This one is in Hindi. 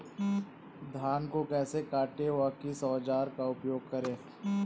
धान को कैसे काटे व किस औजार का उपयोग करें?